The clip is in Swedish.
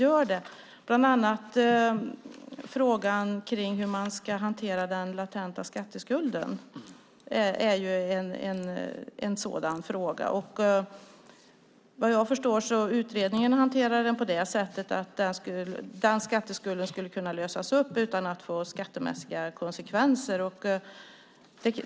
Vi har bland annat frågan om hur man ska hantera den latenta skatteskulden. Vad jag förstår hanterar utredningen den på det sättet att denna skatteskuld skulle kunna lösas upp utan att det får skattemässiga konsekvenser.